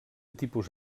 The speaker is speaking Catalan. tipus